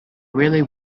really